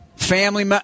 Family